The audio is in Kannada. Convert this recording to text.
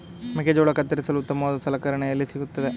ಮೆಕ್ಕೆಜೋಳ ಕತ್ತರಿಸಲು ಉತ್ತಮವಾದ ಸಲಕರಣೆ ಎಲ್ಲಿ ಸಿಗುತ್ತದೆ?